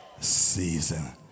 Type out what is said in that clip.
season